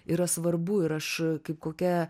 yra svarbu ir aš kaip kokia